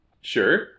Sure